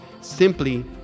simply